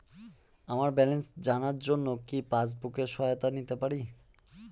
আমার ব্যালেন্স জানার জন্য কি পাসবুকের সহায়তা নিতে পারি?